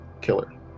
killer